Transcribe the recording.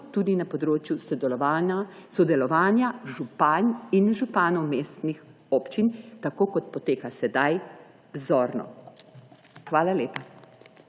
tudi na področju sodelovanja županj in županov mestnih občin tako, kot poteka sedaj – vzorno. Hvala lepa.